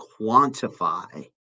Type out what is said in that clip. quantify